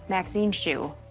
maxine's shoe.